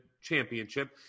championship